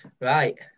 Right